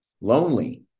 Lonely